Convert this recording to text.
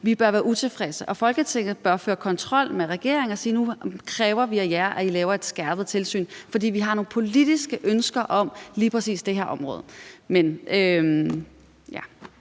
Vi bør være utilfredse, og Folketinget bør føre kontrol med regeringen og sige: Nu kræver vi af jer, at I laver et skærpet tilsyn, for vi har nogle politiske ønsker for lige præcis det her område.